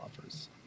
offers